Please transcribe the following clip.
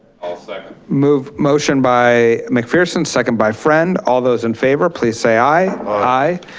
i'll second. move, motion by mcpherson, second by friend. all those in favor please say i. i.